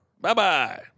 Bye-bye